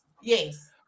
Yes